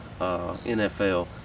NFL